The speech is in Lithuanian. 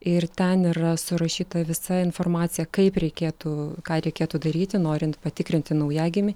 ir ten yra surašyta visa informacija kaip reikėtų ką reikėtų daryti norint patikrinti naujagimį